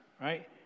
right